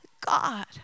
God